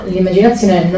L'immaginazione